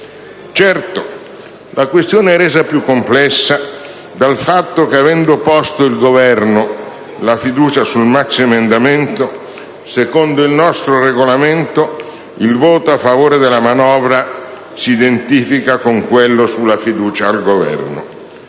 Certo, la questione è resa più complessa dal fatto che, avendo posto il Governo la fiducia sul maxiemendamento, secondo il nostro Regolamento il voto a favore della manovra si identifica con quello sulla fiducia al Governo.